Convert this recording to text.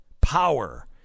power